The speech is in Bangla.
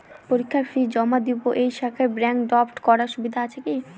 পরীক্ষার ফি জমা দিব এই শাখায় ব্যাংক ড্রাফট করার সুবিধা আছে কি?